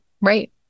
Right